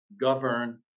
govern